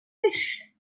fish